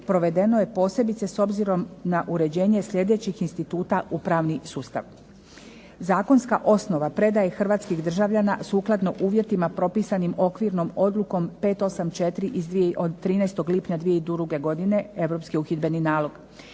provedeno je posebice s obzirom na uređenje sljedećih instituta upravni sustav. Zakonska osnova predaje hrvatskih državljana sukladno uvjetima propisanim okvirnom odlukom 584. od 13. lipnja 2002. godine Europski uhidbeni nalog.